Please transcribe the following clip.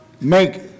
make